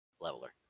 Leveler